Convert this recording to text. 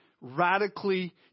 radically